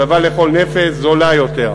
שווה לכל נפש, זולה יותר.